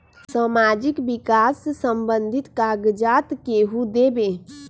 समाजीक विकास संबंधित कागज़ात केहु देबे?